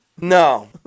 No